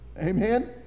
Amen